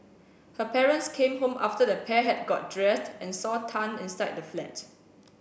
her parents came home after the pair had got dressed and saw Tan inside the flat